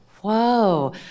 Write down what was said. whoa